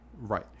Right